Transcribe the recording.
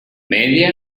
media